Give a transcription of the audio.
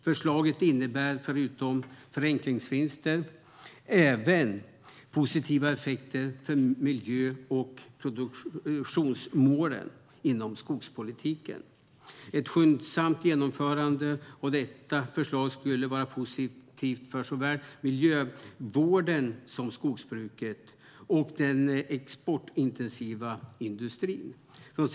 Förslaget innebär förutom förenklingsvinster även positiva effekter för miljö och produktionsmålen inom skogspolitiken. Ett skyndsamt genomförande av detta förslag skulle vara positivt för såväl miljövården som skogsbruket och den exportintensiva skogsindustrin.